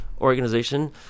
organization